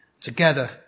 Together